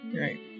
Right